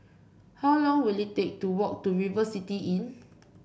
how long will it take to walk to River City Inn